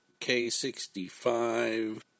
K65